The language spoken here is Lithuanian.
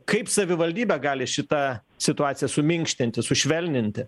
kaip savivaldybė gali šitą situaciją suminkštinti sušvelninti